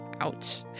Ouch